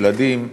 ילדים,